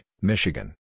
Michigan